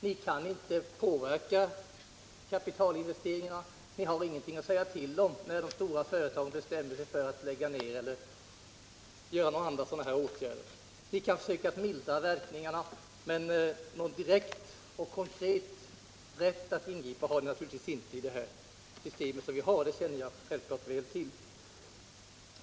Ni kan inte päverka kapitalinvesteringarna, ni har ingenting att säga till om när de stora företagen bestämmer sig för alt lägga ner eller vidta några andra åtgärder av det slag som det här är fråga om. Ni kan försöka mildra verkningarna, men någon direkt och konkret rätt alt ingripa har ni naturligtvis inte i det system som råder — det känner jag självfallet väl till.